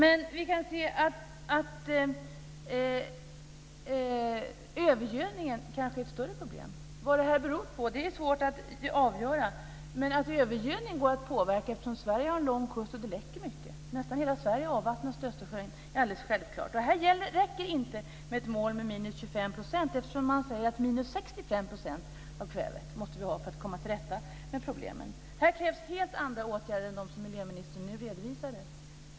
Men vi kan se att övergödningen kanske är ett större problem. Vad det här beror på är svårt att avgöra, men övergödning går att påverka, eftersom Sverige har en lång kust och det läcker mycket. Nästan hela Sverige avvattnas till Östersjön. Det är alldeles självklart. Det räcker inte med ett mål på minus 25 %, eftersom man säger att vi måste ha minus 65 % av kvävet för att komma till rätta med problemen.